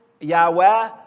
Yahweh